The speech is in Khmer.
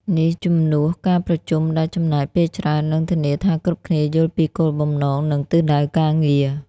នេះជំនួសការប្រជុំដែលចំណាយពេលច្រើន និងធានាថាគ្រប់គ្នាយល់ពីគោលបំណង និងទិសដៅការងារ។